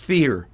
Fear